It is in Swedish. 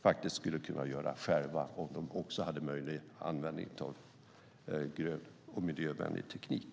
Det skulle de kunna göra själva om också de hade möjlighet att använda grön och miljövänlig teknik.